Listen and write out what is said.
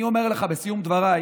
בסיום דבריי